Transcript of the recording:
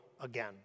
again